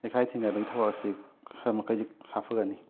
ꯌꯩꯈꯥꯏ ꯊꯤꯟꯒꯥꯏꯕꯒꯤ ꯊꯕꯛ ꯑꯁꯤ ꯈꯔ ꯃꯈꯩꯗꯤ ꯁꯥꯐꯒꯅꯤ